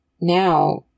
now